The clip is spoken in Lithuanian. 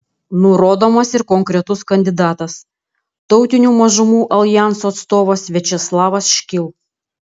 nurodomas ir konkretus kandidatas tautinių mažumų aljanso atstovas viačeslavas škil